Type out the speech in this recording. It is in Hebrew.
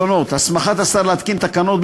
הסמכת השר להתקין תקנות,